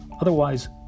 Otherwise